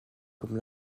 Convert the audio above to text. comme